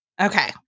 Okay